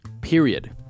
Period